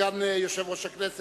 תודה רבה לסגן יושב-ראש הכנסת,